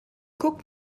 guck